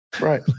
Right